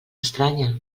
estranya